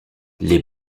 les